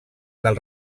del